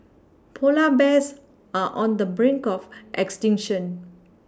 polar bears are on the brink of extinction